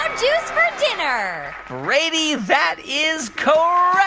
ah juice for dinner brady, that is correct.